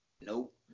Nope